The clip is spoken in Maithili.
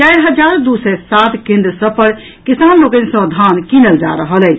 चारि हजार दू सय सात केंद्र सभ पर किसान लोकनि सँ धान कीनल जा रहल अछि